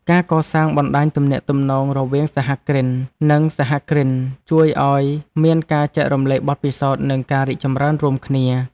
ការកសាងបណ្តាញទំនាក់ទំនងរវាងសហគ្រិន និងសហគ្រិនជួយឱ្យមានការចែករំលែកបទពិសោធន៍ និងការរីកចម្រើនរួមគ្នា។